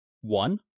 One